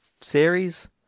series